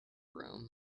room